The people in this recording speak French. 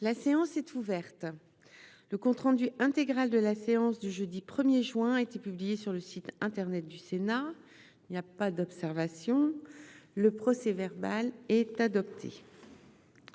La séance est ouverte. Le compte rendu intégral de la séance du jeudi 1 juin 2023 a été publié sur le site internet du Sénat. Il n'y a pas d'observation ?... Le procès-verbal est adopté.